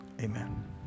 Amen